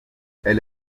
elle